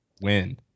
win